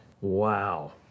Wow